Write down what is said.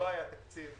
התקציב